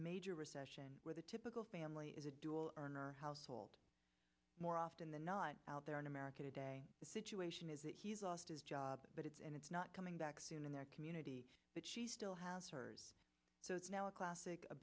major recession where the typical family is a dual earner household more often than not out there in america today the situation is that he's lost his job but it's and it's not coming back soon in their community but she still has her so it's now a classic